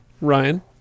Ryan